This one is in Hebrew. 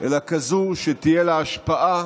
אלא כזאת שתהיה לה השפעה